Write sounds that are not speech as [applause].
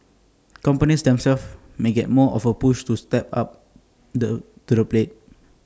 companies [noise] themselves may get more of A push to step up the to the plate